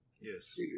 Yes